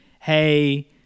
Hey